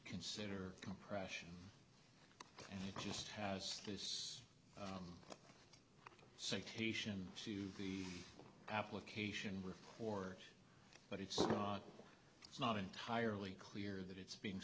consider compression and it just has this sick haitian to the application report but it's not it's not entirely clear that it's being